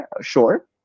sure